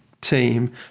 team